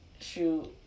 Shoot